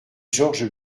george